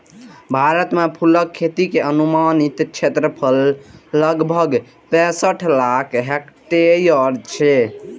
भारत मे फूलक खेती के अनुमानित क्षेत्रफल लगभग पैंसठ हजार हेक्टेयर छै